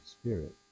Spirit